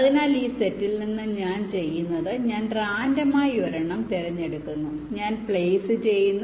അതിനാൽ ഈ സെറ്റിൽ നിന്ന് ഞാൻ ചെയ്യുന്നത് ഞാൻ റാൻഡമായി ഒരെണ്ണം തിരഞ്ഞെടുക്കുന്നു ഞാൻ പ്ലെയ്സ് ചെയ്യുന്നു